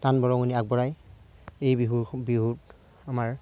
দান বৰঙণি আগবঢ়াই এই বিহু বিহুত আমাৰ